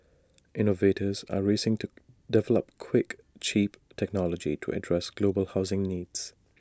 innovators are racing to develop quick cheap technology to address global housing needs